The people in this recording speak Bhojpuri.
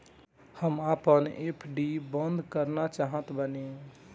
हम आपन एफ.डी बंद करना चाहत बानी